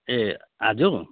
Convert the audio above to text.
ए आज